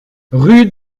rue